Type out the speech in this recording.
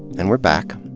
and we're back.